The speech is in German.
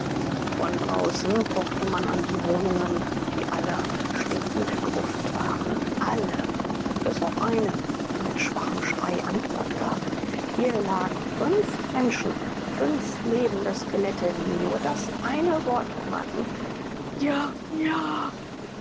von draußen pochte man an die wohnungen die alle eine stinkende gruft waren alle bis auf eine die mit schwachem schrei antwort gab hier lagen fünf menschen fünf lebende skelette die nur das eine wort wimmerten njaa njaa